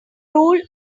rule